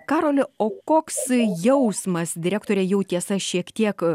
karoli o koks jausmas direktorė jau tiesa šiek tiek